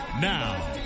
Now